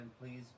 Please